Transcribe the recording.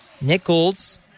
Nichols